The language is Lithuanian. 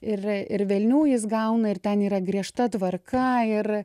ir ir velnių jis gauna ir ten yra griežta tvarka ir